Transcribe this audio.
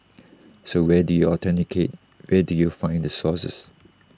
so where do you authenticate where do you find the sources